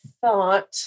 thought